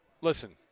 Listen